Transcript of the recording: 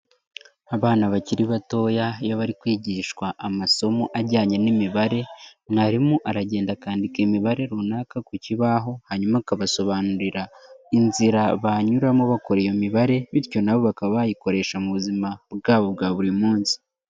Abana bakiri batoya iyo bari kwigishwa amasomo ajyanye n'imibare, mwarimu aragenda akandika imibare runaka ku kibaho, hanyuma akabasobanurira inzira banyuramo bakora iyo mibare, bityo nabo bakaba bayikoresha mu buzima bwabo bwa buri munsi.